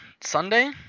Sunday